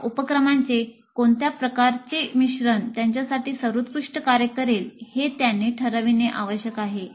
या उपक्रमांचे कोणत्या प्रकारचे मिश्रण त्यांच्यासाठी सर्वोत्कृष्ट कार्य करेल हे त्यांनी ठरविणे आवश्यक आहे